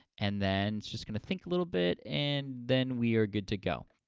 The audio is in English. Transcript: and then, it's just gonna think a little bit, and then we are good to go,